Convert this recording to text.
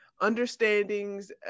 understandings